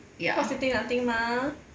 cause they think nothing mah